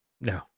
No